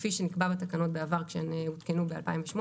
כפי שנקבע בתקנות בעבר כשהן הותקנו ב-2008,